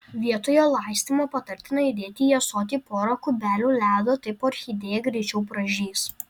vietoje laistymo patartina įdėti į ąsotį pora kubelių ledo taip orchidėja greičiau pražys